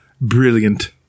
brilliant